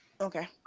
okay